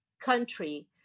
country